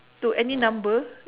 to any number